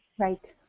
right.